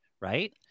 Right